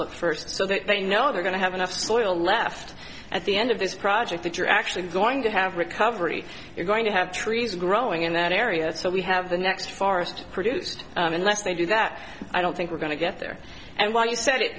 look first so that they know they're going to have enough soil left at the end of this project that you're actually going to have recovery you're going to have trees growing in that area so we have the next forest produced unless they do that i don't think we're going to get there and when you s